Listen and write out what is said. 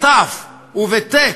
בתי"ו ובטי"ת,